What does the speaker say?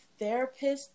therapists